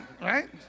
Right